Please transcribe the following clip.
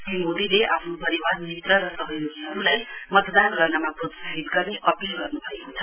श्री मोदीले आफ्नो परिवार मित्र र सहयोगीहरुलाई मतदान गर्नमा प्रोत्साहित गर्ने अपील गर्नुभएको छ